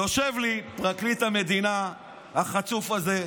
יושב לי פרקליט המדינה החצוף הזה,